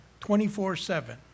24-7